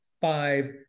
five